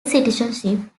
citizenship